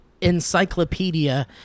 Encyclopedia